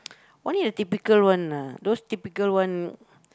only the typical one lah those typical one